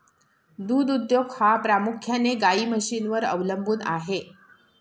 दूध उद्योग हा प्रामुख्याने गाई म्हशींवर अवलंबून आहे